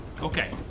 Okay